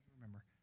Remember